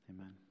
Amen